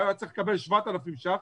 היה צריך לקבל 7,000 ₪,